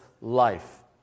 life